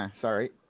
Sorry